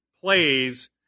plays